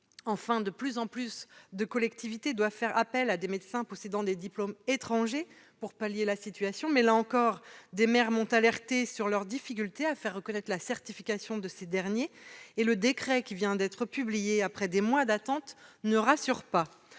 ? De plus en plus de collectivités locales doivent faire appel à des médecins possédant des diplômes étrangers pour améliorer la situation, mais des maires m'ont alertée sur leurs difficultés à faire reconnaître la certification de ces médecins, et le décret qui vient d'être publié, après des mois d'attente, ne rassure pas